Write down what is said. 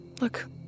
Look